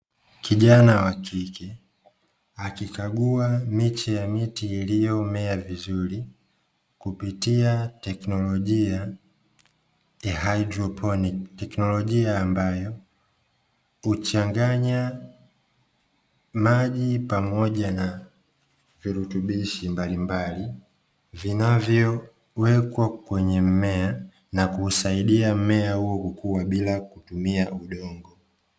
Kijana wa kike akikagua miche ya miti iliyomea vizuri kupitia teknolojia ya haidroponi, teknolojia ambayo huchanganya maji pamoja na virutubishi mbalimbali vinavyo wekwa kwenye mmea na kuusaidia mmea kukua bila kutumia udongo.